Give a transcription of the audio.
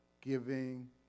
giving